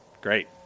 Great